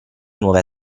nuove